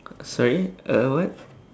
sorry a what